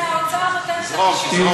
זה האוצר נותן את הרשימות.